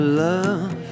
love